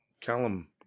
Callum